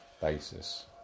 basis